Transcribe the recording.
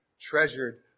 treasured